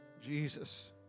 Jesus